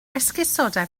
esgusoda